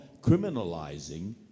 criminalizing